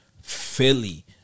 Philly